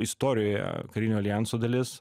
istorijoje karinio aljanso dalis